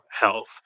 health